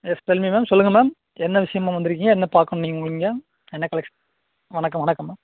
S tell me ma'am சொல்லுங்க ma'am என்ன விஷயமா வந்திருக்கீங்க என்ன பார்க்கணும் நீங்கள் நீங்கள் என்ன கலெக்ஷன் வணக்கம் வணக்கம் மேம்